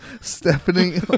Stephanie